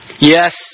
Yes